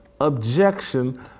objection